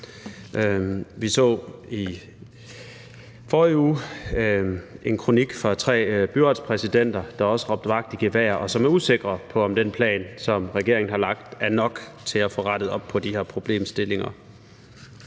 Vi så i forrige uge en kronik fra tre byretspræsidenter, der også råbte vagt i gevær, og som er usikre på, om den plan, som regeringen har lagt, er nok til at få rettet op på de her problemstillinger.